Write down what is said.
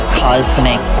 cosmic